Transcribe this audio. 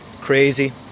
crazy